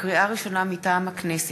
לקריאה ראשונה, מטעם הכנסת: